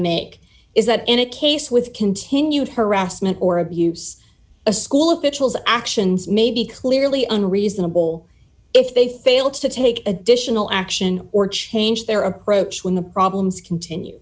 make is that in a case with continued harassment or abuse a school officials actions may be clearly unreasonable if they fail to take additional action or change their approach when the problems continue